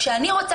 כשאני רוצה,